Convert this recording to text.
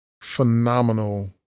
phenomenal